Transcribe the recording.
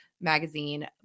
magazine